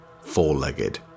four-legged